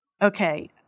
okay